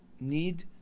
need